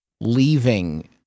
Leaving